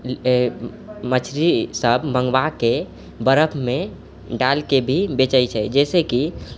मछरी सब मङ्गबाके बरफमे डालके भी बेचै छै जाहिसँ कि